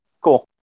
Cool